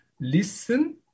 listen